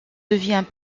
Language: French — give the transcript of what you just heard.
devint